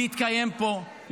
להתקיים פה,